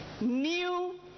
new